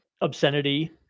obscenity